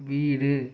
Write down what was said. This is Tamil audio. வீடு